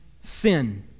sin